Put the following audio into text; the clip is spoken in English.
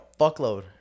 fuckload